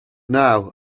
now